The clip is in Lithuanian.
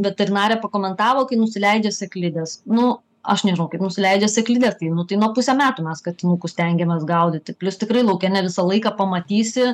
veterinarė pakomentavo kai nusileidžia sėklidės nu aš nežinau kaip nusileidžia sėklidės tai nu tai nuo pusę metų mes katinukus stengiamės gaudyti plius tikrai lauke ne visą laiką pamatysi